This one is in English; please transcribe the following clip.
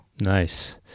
Nice